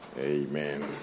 Amen